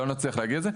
לא נצליח להגיע לזה.